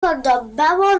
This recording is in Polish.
podobało